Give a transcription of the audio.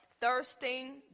thirsting